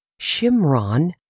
Shimron